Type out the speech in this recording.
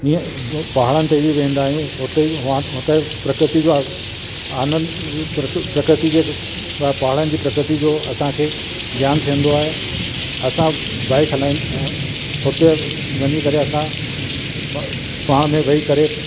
ईअं पहाड़नि ते बि वेंदा आहियूं हुते वहां हुते प्रकृति जो आनंद प्र प्रकृति जे प पहाड़नि जी प्रकृति जो असांखे ज्ञान थींदो आहे असां बाइक हला हुते वञी करे असां प पाण में वेही करे